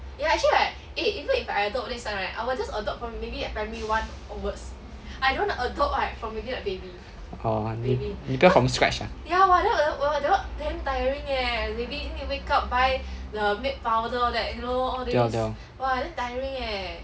orh 你你不要 from scratch ah 对咯对咯